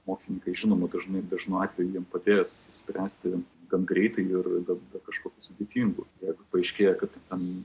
mokslininkai žinoma dažnai dažnu atveju jiem padės išspręsti gan greitai ir kažkokiu sudėtingu jeigu paaiškėja kad ten